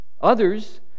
Others